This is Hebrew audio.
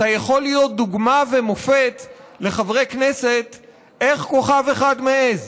אתה יכול להיות דוגמה ומופת לחברי כנסת איך כוכב אחד מעז.